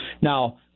now